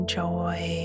joy